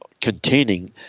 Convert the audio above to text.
containing